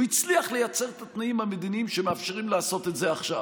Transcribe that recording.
הוא הצליח לייצר את התנאים המדיניים שמאפשרים לעשות את זה עכשיו,